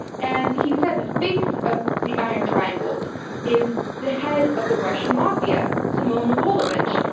and he said the face of the iron triangles is the head of the russian mafia, semion mogilevich,